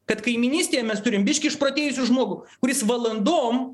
kad kaimynystėje mes turim biškį išprotėjusį žmogų kuris valandom